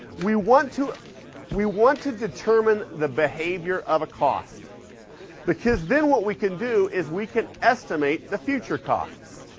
we want to we want to determine the behavior of a cost because then what we can do is we can estimate the future costs,